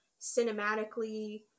cinematically